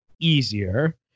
easier